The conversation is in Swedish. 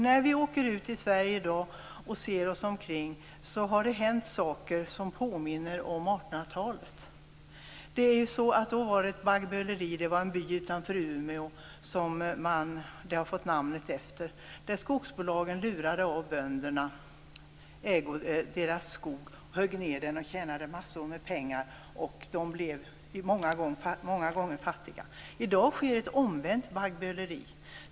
När vi åker ut i Sverige i dag och ser oss omkring, så har det hänt saker som påminner om 1800-talet. Då fanns det ju något som kallades baggböleri. Det fick sitt namn efter en by utanför Umeå. Där lurade skogsbolagen av bönderna deras skog, högg ned den och tjänade massor av pengar. Många människor blev fattiga. I dag sker ett omvänt baggböleri.